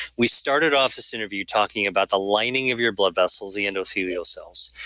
we started off this interview talking about the lining of your blood vessels, the endothelial cells.